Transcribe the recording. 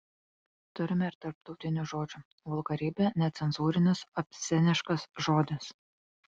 turime ir tarptautinių žodžių vulgarybė necenzūrinis obsceniškas žodis